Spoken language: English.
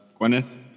Gwyneth